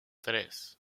tres